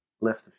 left